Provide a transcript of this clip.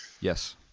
Yes